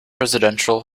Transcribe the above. residential